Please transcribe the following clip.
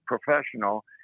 professional